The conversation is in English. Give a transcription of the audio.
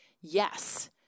Yes